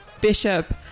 Bishop